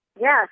Yes